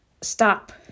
Stop